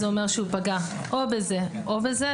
זה אומר שהוא פגע או בזה או בזה.